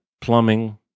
plumbing